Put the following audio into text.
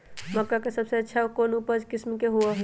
मक्का के सबसे अच्छा उपज कौन किस्म के होअ ह?